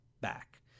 back